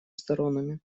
сторонами